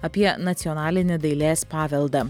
apie nacionalinį dailės paveldą